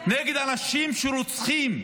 נגד אנשים שרוצחים,